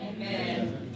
Amen